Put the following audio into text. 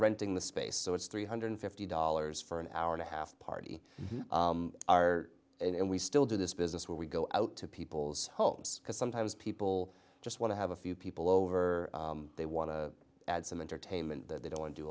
renting the space so it's three hundred and fifty dollars for an hour and a half party are and we still do this business where we go out to people's homes because sometimes people just want to have a few people over they want to add some entertainment that they don't